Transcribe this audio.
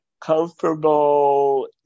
comfortable